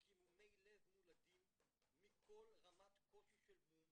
כי מומי לב מולדים מכל רמת קושי של מום